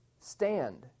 stand